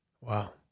Wow